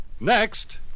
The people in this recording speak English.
Next